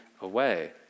Away